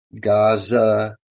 Gaza